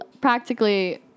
practically